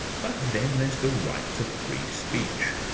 but then there's the right to free speech,